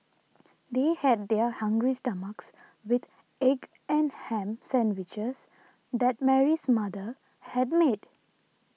they head their hungry stomachs with egg and ham sandwiches that Mary's mother had made